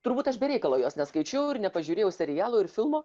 turbūt aš be reikalo jos neskaičiau ir nepažiūrėjau serialų ir filmo